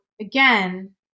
again